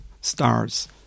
stars